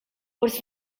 wrth